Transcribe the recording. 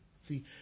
See